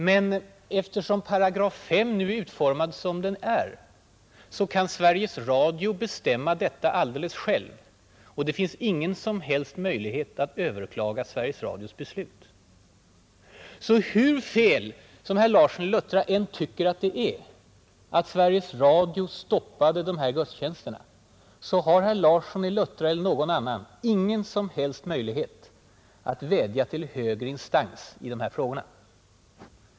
Men eftersom § 5 nu är utformad som den är kan Sveriges Radio bestämma sådana här saker alldeles själv. Det finns ingen som helst möjlighet att överklaga Sveriges Radios beslut. Hur fel herr Larsson i Luttra än anser att det var att Sveriges Radio stoppade de här gudstjänsterna har han eller någon annan i dag ingen som helst möjlighet att vädja till högre instans i dessa frågor.